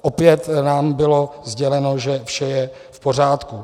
Opět nám bylo sděleno, že vše je v pořádku.